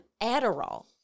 Adderall